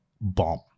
bomb